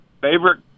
Favorite